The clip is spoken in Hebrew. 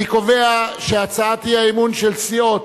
אני קובע שהצעת האי-אמון של סיעות